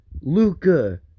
luca